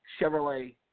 Chevrolet